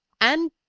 and